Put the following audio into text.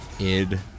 id